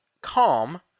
calm